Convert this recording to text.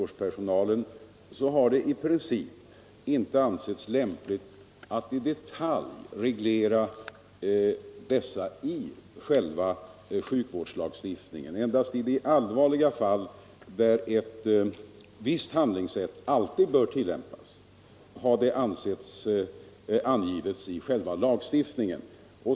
Det har i princip inte ansetts lämpligt att i detalj reglera sjukvårdspersonalens åligganden i sjukvårdslagstiftningen. Endast i de allvarliga fall där ett visst handlingssätt alltid bör tillämpas har detta angivits i lagstiftningen.